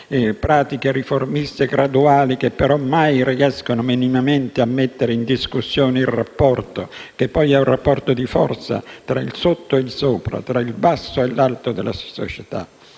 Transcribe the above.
pratica di cosiddette riforme graduali, che però mai riescono, minimamente, a mettere in discussione il rapporto - che poi è un rapporto di forza - tra il sotto e il sopra, tra il basso e l'alto della società?